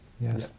yes